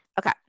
okay